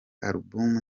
album